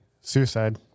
Suicide